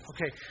Okay